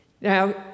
Now